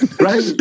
Right